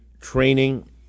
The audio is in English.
training